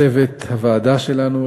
צוות הוועדה שלנו,